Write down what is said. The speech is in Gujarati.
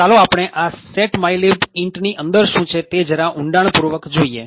તો ચાલો આપણે આ set mylib int ની અંદર શું છે તે જરા ઊંડાણ પૂર્વક જોઈએ